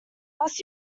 must